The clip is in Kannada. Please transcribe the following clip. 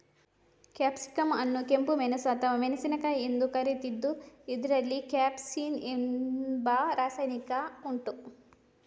ಕ್ಯಾಪ್ಸಿಕಂ ಅನ್ನು ಕೆಂಪು ಮೆಣಸು ಅಥವಾ ಮೆಣಸಿನಕಾಯಿ ಎಂದು ಕರೀತಿದ್ದು ಇದ್ರಲ್ಲಿ ಕ್ಯಾಪ್ಸೈಸಿನ್ ಎಂಬ ರಾಸಾಯನಿಕ ಉಂಟು